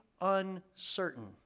uncertain